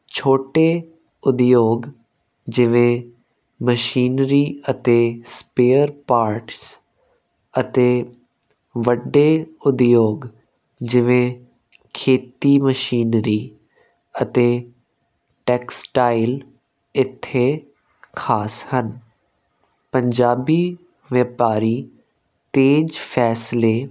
ਛੋਟੇ ਉਦਯੋਗ ਜਿਵੇਂ ਮਸ਼ੀਨਰੀ ਅਤੇ ਸਪੇਅਰ ਪਾਰਟਸ ਅਤੇ ਵੱਡੇ ਉਦਯੋਗ ਜਿਵੇਂ ਖੇਤੀ ਮਸ਼ੀਨਰੀ ਅਤੇ ਟੈਕਸਟਾਈਲ ਇੱਥੇ ਖਾਸ ਹਨ ਪੰਜਾਬੀ ਵਿਆਪਾਰੀ ਤੇਜ਼ ਫੈਸਲੇ